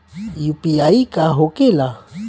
UPI का होके ला?